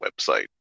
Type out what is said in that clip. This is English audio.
website